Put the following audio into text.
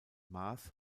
mars